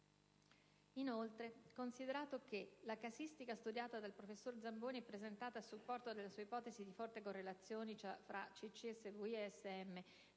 Inoltre, considerato che: «la casistica studiata del professor Zamboni e presentata a supporto della sua ipotesi di forte correlazione tra CCSVI e